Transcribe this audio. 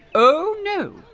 oh no,